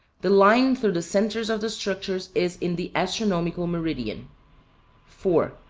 the line through the centres of the structures is in the astronomical meridian four,